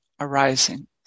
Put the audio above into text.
arising